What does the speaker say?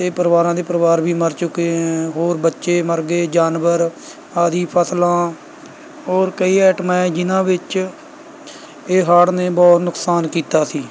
ਅਤੇ ਪਰਿਵਾਰਾਂ ਦੇ ਪਰਿਵਾਰ ਵੀ ਮਰ ਚੁੱਕੇ ਹੈ ਹੋਰ ਬੱਚੇ ਮਰ ਗਏ ਜਾਨਵਰ ਆਦਿ ਫਸਲਾਂ ਹੋਰ ਕਈ ਐਟਮਾਂ ਹੈ ਜਿਹਨਾਂ ਵਿੱਚ ਇਹ ਹੜ੍ਹ ਨੇ ਬਹੁਤ ਨੁਕਸਾਨ ਕੀਤਾ ਸੀ